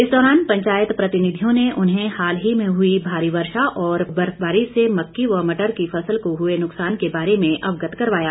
इस दौरान पंचायत प्रतिनिधियों ने उन्हें हाल ही में हुई भारी वर्षा और बर्फबारी से मक्की व मटर की फसल को हुए नुक्सान के बारे में अवगत करवाया